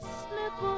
slip